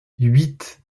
huit